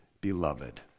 Beloved